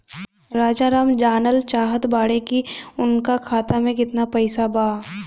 राजाराम जानल चाहत बड़े की उनका खाता में कितना पैसा बा?